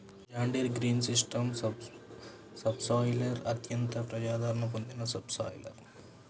John Deere green system subsoiler అత్యంత ప్రజాదరణ పొందిన సబ్ సాయిలర్